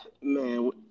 man